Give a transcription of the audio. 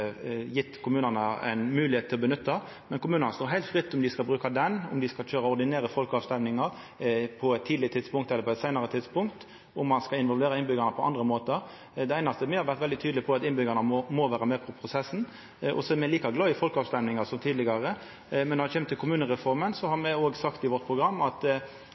kommunane ein moglegheit til å nytta. Men kommunane står heilt fritt til å bruka den, om dei skal gjennomføra ordinære folkerøystingar på eit tidleg tidspunkt eller på eit seinare tidspunkt, og om ein skal involvera innbyggjarane på andre måtar. Det einaste me har vore veldig tydelege på, er at innbyggjarane må vera med på prosessen. Me er like glade i folkerøystingar som tidlegare, men når det kjem til kommunereforma, har me sagt i vårt program at